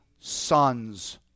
sons